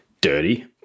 dirty